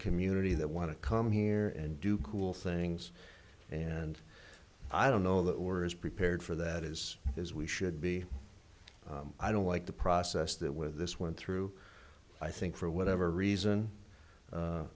community that want to come here and do cool things and i don't know that we're prepared for that is as we should be i don't like the process that with this one through i think for whatever reason